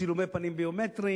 צילומי פנים ביומטריים.